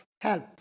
help